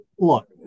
Look